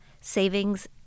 savings